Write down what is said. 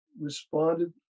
responded